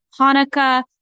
Hanukkah